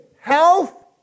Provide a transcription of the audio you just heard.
health